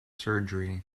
surgery